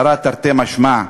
צרה תרתי משמע.